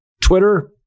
Twitter